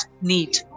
need